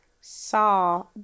saw